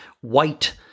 white